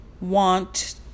want